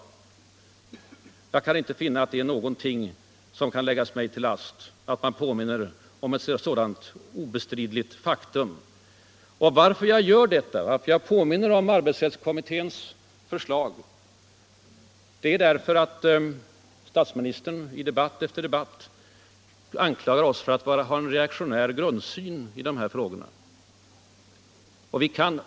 Jag kan inte finna att det kan läggas mig till last att jag påminde om ett sådant obestridligt faktum. Och att jag hänvisat till arbetsrättskommitténs förslag beror på att statsministern i debatt efter debatt brukar anklaga oss för att ha en reaktionär grundsyn i arbetsrättsfrågorna.